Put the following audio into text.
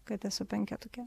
kad esu penketuke